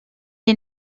est